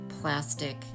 plastic